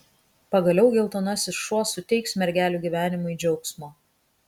pagaliau geltonasis šuo suteiks mergelių gyvenimui džiaugsmo